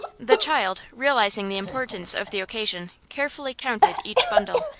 the child, realizing the importance of the occasion, carefully counted each bundle,